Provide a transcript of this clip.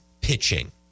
pitching